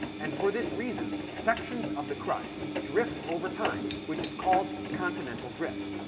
and for this reason, sections of the crust drift over time, which is called continental drift.